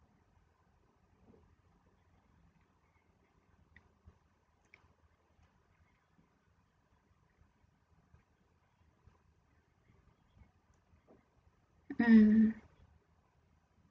mm